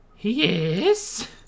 yes